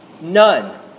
None